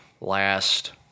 last